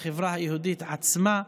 לחברה היהודית עצמה,